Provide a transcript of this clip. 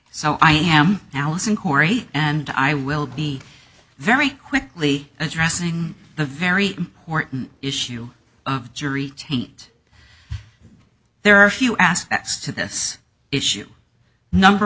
so i am allison corey and i will be very quickly as dressing the very important issue of jury taint there are a few aspects to this issue number